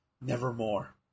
Nevermore